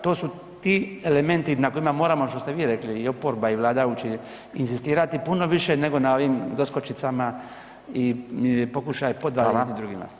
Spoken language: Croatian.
To su ti elementi na kojima moramo što ste vi rekli i oporba i vladajući, inzistirati puno više nego na ovim doskočicama i pokušaj podvala nekim drugima.